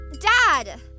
Dad